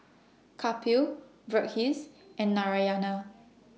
Kapil Verghese and Narayana